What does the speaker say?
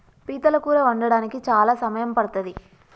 పీతల కూర వండడానికి చాలా సమయం పడ్తది